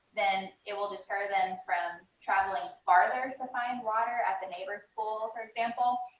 then it will deter them from traveling farther to find water at the neighbor s pool, for example.